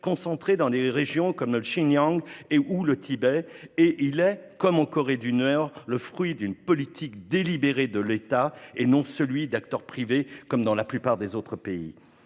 concentré dans des régions comme le Xinjiang ou le Tibet, et il est, comme en Corée du Nord, le fruit d'une politique délibérée de l'État, et non le fait d'acteurs privés, comme dans la plupart des autres pays.